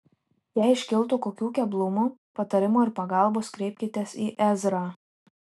jei iškiltų kokių keblumų patarimo ir pagalbos kreipkitės į ezrą